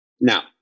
now